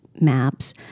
maps